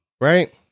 right